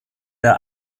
der